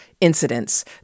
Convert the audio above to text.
incidents